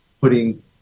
putting